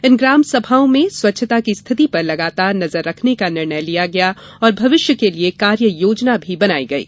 इन ग्राम सभाओं में स्वच्छता की स्थिति पर लगातार नजर रखने का निर्णय लिया गया और भविष्य के लिए कार्ययोजना भी बनायी गयी